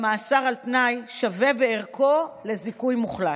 שבה מאסר על תנאי השווה בערכו לזיכוי מוחלט.